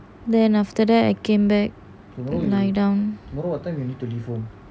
then after that I came back lie down